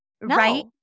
right